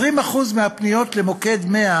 20% מהפניות למוקד 100,